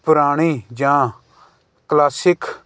ਪੁਰਾਣੀ ਜਾਂ ਕਲਾਸਿਕ